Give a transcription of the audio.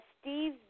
Steve